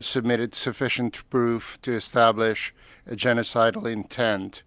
submitted sufficient proof to establish genocidal intent.